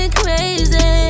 crazy